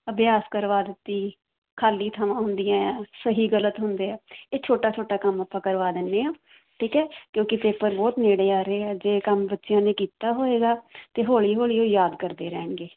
ਅਭਿਆਸ ਕਰਵਾ ਦਿੱਤੀ ਖਾਲੀ ਥਾਵਾਂ ਹੁੰਦੀਆਂ ਆ ਸਹੀ ਗਲਤ ਹੁੰਦੇ ਆ ਇਹ ਛੋਟਾ ਛੋਟਾ ਕੰਮ ਆਪਾਂ ਕਰਵਾ ਦਿੰਦੇ ਹਾਂ ਠੀਕ ਹੈ ਕਿਉਂਕਿ ਪੇਪਰ ਬਹੁਤ ਨੇੜੇ ਆ ਰਹੇ ਹਾਂ ਜੇ ਕੰਮ ਬੱਚਿਆਂ ਨੇ ਕੀਤਾ ਹੋਵੇਗਾ ਅਤੇ ਹੌਲੀ ਹੌਲੀ ਉਹ ਯਾਦ ਕਰਦੇ ਰਹਿਣਗੇ